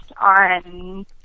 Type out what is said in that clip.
on